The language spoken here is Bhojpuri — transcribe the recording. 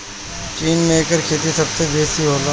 चीन में एकर खेती सबसे बेसी होला